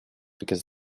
because